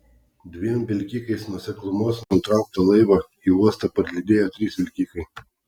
dviem vilkikais nuo seklumos nutrauktą laivą į uostą parlydėjo trys vilkikai